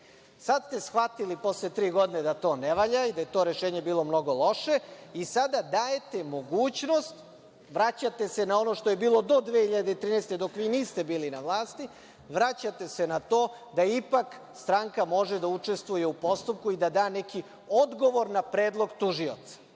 ste shvatili posle tri godine da to ne valja i da je to rešenje bilo mnogo loše i sada dajete mogućnost, vraćate se na ono što je bilo do 2013. godine, dok vi niste bili na vlasti, vraćate se na to da ipak stranka može da učestvuje u postupku i da da neki odgovor na predlog tužioca. Ja